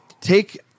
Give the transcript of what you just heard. take